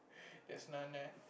there's none leh